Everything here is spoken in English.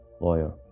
Lawyer